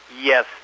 Yes